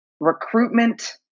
recruitment